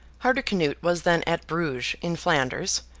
hardicanute was then at bruges, in flanders,